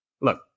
Look